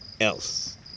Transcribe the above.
else